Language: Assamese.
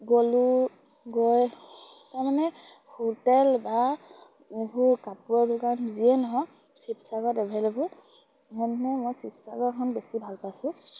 গ'লো গৈ তাৰমানে হোটেল বা এইবোৰ কাপোৰৰ দোকান যিয়ে নহওক শিৱসাগৰত এভেইলেবুল সেনে মই শিৱসাগৰখন বেছি ভাল পাইছোঁ